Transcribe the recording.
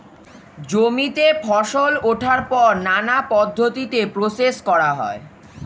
জমিতে ফসল ওঠার পর নানা পদ্ধতিতে প্রসেস করা হয়